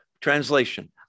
Translation